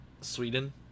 Sweden